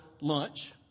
lunch